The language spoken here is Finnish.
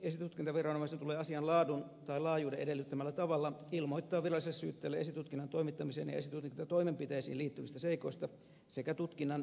esitutkintaviranomaisten tulee asian laadun tai laajuuden edellyttämällä tavalla ilmoittaa viralliselle syyttäjälle esitutkinnan toimittamiseen ja esitutkintatoimenpiteisiin liittyvistä seikoista sekä tutkinnan edistymisestä muuten